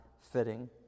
fitting